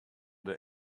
they